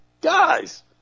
Guys